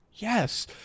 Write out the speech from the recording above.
Yes